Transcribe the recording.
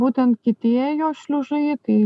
būtent kiti ėjo šliužai tai